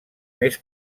més